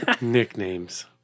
Nicknames